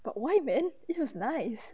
but why man it was nice